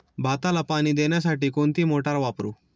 भाताला पाणी देण्यासाठी कोणती मोटार वापरू?